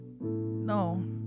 no